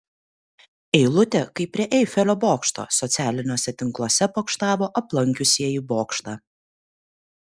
eilutė kaip prie eifelio bokšto socialiniuose tinkluose pokštavo aplankiusieji bokštą